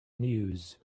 news